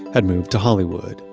had moved to hollywood,